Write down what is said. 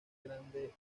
grande